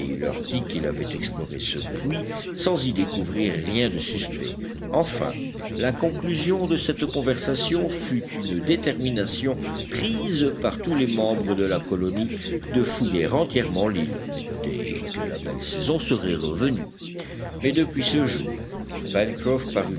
leur dit qu'il avait exploré ce puits sans y découvrir rien de suspect enfin la conclusion de cette conversation fut une détermination prise par tous les membres de la colonie de fouiller entièrement l'île dès que la belle saison serait revenue mais depuis ce jour